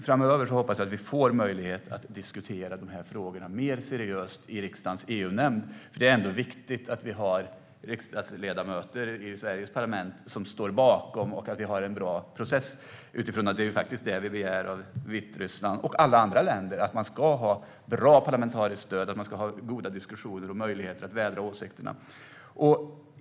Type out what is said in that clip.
Framöver hoppas jag att vi får möjlighet att diskutera frågorna mer seriöst i riksdagens EU-nämnd, för det är viktigt att vi har ledamöter i Sveriges parlament som står bakom det och att vi har en bra process, utifrån att det faktiskt är det vi begär av Vitryssland och alla andra länder. Man ska ha ett bra parlamentariskt stöd. Man ska ha goda diskussioner och möjligheter att vädra åsikterna.